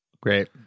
great